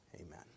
Amen